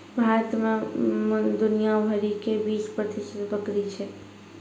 भारत मे दुनिया भरि के बीस प्रतिशत बकरी छै